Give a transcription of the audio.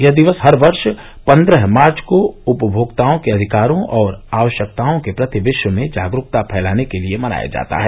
यह दिवस हर वर्ष पन्द्रह मार्च को उपभोक्ताओं के अधिकारों और आवश्यकताओं के प्रति विश्व में जागरूकता फैलाने के लिए मनाया जाता है